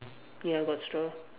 ya got straw